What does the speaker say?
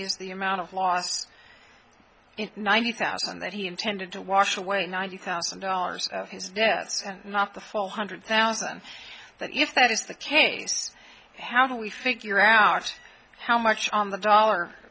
is the amount of loss ninety thousand that he intended to wash away ninety thousand dollars not the four hundred thousand if that is the case how do we figure out how much on the dollar